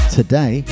today